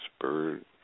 Bird